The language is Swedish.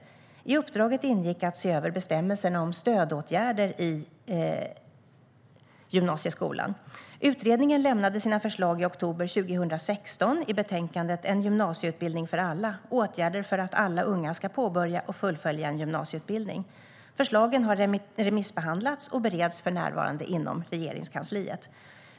I uppdraget ingick att se över bestämmelserna om stödåtgärder i gymnasieskolan. Utredningen lämnade sina förslag i oktober 2016 i betänkandet En gymnasie utbildning för alla - åtgärder för att alla unga ska påbörja och fullfölja en gymnasieutbildning . Förslagen har remissbehandlats och bereds för närvarande inom Regeringskansliet.